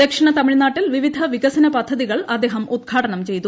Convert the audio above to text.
ദക്ഷിണ തമിഴ്നാട്ടിൽ വിവിധ വികസന പദ്ധതികൾ അദ്ദേഹം ഉദ്ഘാടനം ചെയ്തു